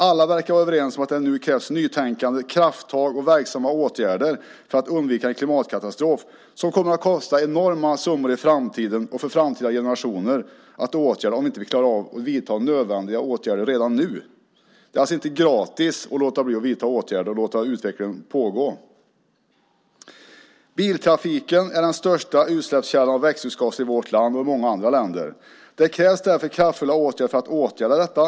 Alla verkar vara överens om att det nu krävs nytänkande, krafttag och verksamma åtgärder för att undvika en klimatkatastrof som det i framtiden, för framtida generationer, kommer att kosta enorma summor att åtgärda om vi inte klarar av att vidta nödvändiga åtgärder redan nu. Det är alltså inte gratis att låta bli att vidta åtgärder och bara låta utvecklingen pågå. Biltrafiken är den största utsläppskällan av växthusgaser i vårt land och i många andra länder. Det krävs därför kraftfulla åtgärder för att åtgärda detta.